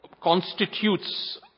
constitutes